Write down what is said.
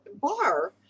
Bar